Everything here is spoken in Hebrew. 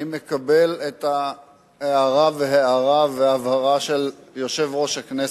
אני מקבל את ההערה וההארה וההבהרה של יושב-ראש הכנסת.